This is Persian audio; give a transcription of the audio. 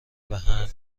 بهم